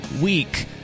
week